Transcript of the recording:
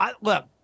look